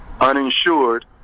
uninsured